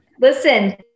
listen